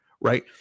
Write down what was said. right